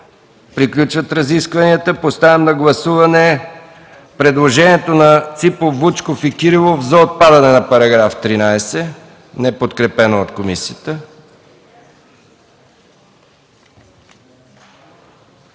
Приключват разискванията. Поставям на гласуване предложението на Ципов, Вучков и Кирилов за отпадане на § 13, неподкрепен от комисията.